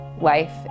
life